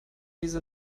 diese